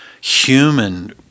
human